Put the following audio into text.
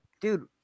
Dude